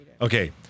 Okay